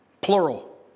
plural